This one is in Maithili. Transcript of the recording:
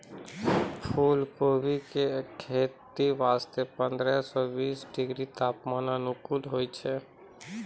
फुलकोबी के खेती वास्तॅ पंद्रह सॅ बीस डिग्री तापमान अनुकूल होय छै